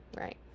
right